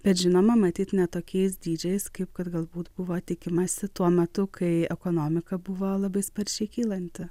bet žinoma matyt ne tokiais dydžiais kaip kad galbūt buvo tikimasi tuo metu kai ekonomika buvo labai sparčiai kylanti